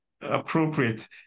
appropriate